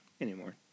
anymore